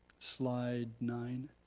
slide nine?